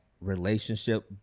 relationship